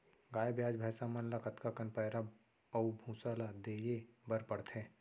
गाय ब्याज भैसा मन ल कतका कन पैरा अऊ भूसा ल देये बर पढ़थे?